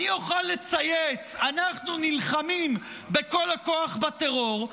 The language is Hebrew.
אני אוכל לצייץ: אנחנו נלחמים בכל הכוח בטרור,